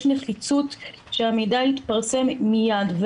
יש נחיצות שהמידע יתפרסם מייד.